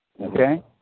okay